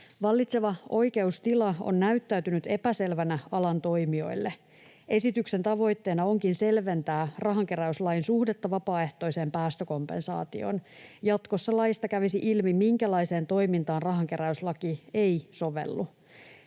Vallitseva oikeustila on näyttäytynyt epäselvänä alan toimijoille. Esityksen tavoitteena onkin selventää rahankeräyslain suhdetta vapaaehtoiseen päästökompensaatioon. Jatkossa laista kävisi ilmi, minkälaiseen toimintaan rahankeräyslaki ei sovellu.